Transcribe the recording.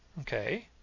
Okay